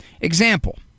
Example